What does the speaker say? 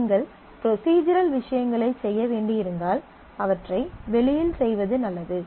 நீங்கள் ப்ரொஸிஜரல் விஷயங்களைச் செய்ய வேண்டியிருந்தால் அவற்றை வெளியில் செய்வது நல்லது